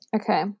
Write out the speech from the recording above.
Okay